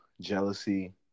jealousy